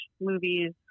movies